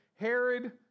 Herod